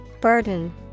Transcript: Burden